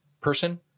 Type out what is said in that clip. person